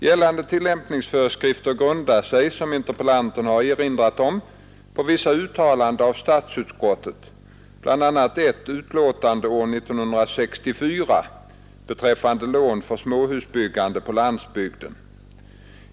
Gällande tillämpningsföreskrifter grundar sig, som interpellanten har erinrat om, på vissa uttalanden av statsutskottet, bl.a. ett utlåtande 1964:42 beträffande lån för småhusbyggandet på landsbygden.